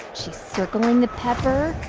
she's circling the pepper.